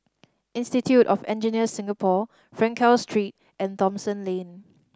Institute of Engineers Singapore Frankel Street and Thomson Lane